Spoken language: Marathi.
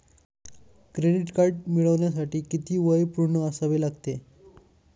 क्रेडिट कार्ड मिळवण्यासाठी किती वय पूर्ण असावे लागते?